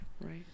right